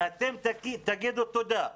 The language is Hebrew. ואתם רק תגידו תודה.